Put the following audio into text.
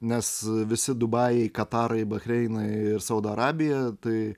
nes visi dubajai katarai bahreinai ir saudo arabiją tai